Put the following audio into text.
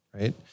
right